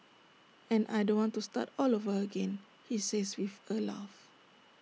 and I don't want to start all over again he says with A laugh